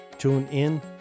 TuneIn